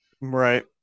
Right